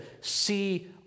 see